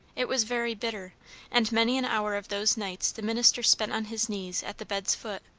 it was very bitter and many an hour of those nights the minister spent on his knees at the bed's foot,